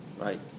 Right